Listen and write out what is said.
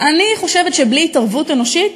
אני חושבת שבלי התערבות אנושית,